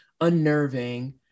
unnerving